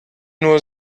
nur